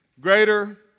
Greater